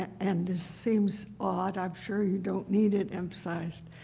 and this seams odd. i am sure you don't knead it emphasized,